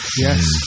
Yes